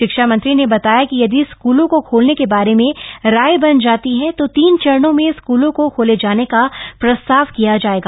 शिक्षा मंत्री ने बताया कि यदि स्कूलों का खासने के बारे में राय बन जाती ह त तीन चरणों में स्कूलों क खाले जाने का प्रस्ताव किया जाएगा